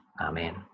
Amen